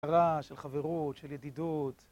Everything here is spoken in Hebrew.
של חברות, של ידידות